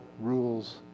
Rules